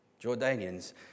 Jordanians